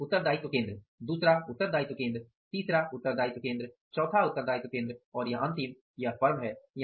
एक उत्तरदायित्व केंद्र दूसरा उत्तरदायित्व केंद्र तीसरा उत्तरदायित्व केंद्र चौथा उत्तरदायित्व केंद्र और यह अंतिम यह फर्म है